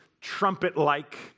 trumpet-like